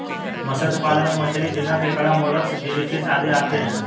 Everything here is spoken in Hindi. मत्स्य पालन में मछली, झींगा, केकड़ा, मोलस्क, जेलीफिश आदि आते हैं